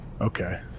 okay